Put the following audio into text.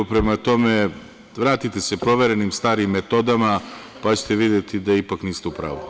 Prema tome, vratite se proverenim starim metodama pa ćete videti da ipak niste u pravu.